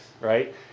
Right